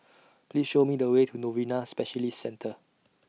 Please Show Me The Way to Novena Specialist Centre